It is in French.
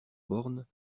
bornes